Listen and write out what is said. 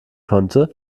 konnte